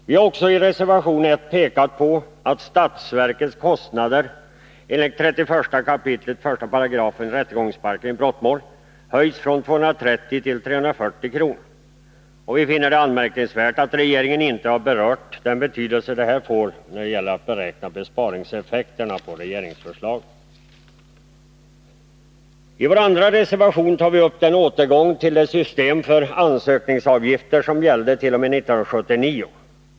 Vi har också i reservation 1 pekat på att statsverkets kostnader enligt 31 kap. 1§ rättegångsbalken i brottmål höjs från 230 till 340 kr. Vi finner det anmärkningsvärt att regeringen inte har berört den betydelse detta har när det gäller att beräkna besparingseffekterna av regeringsförslaget. I vår andra reservation tar vi upp den föreslagna återgången till det system för ansökningsavgifter som gällde t.o.m. 1979.